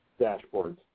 dashboards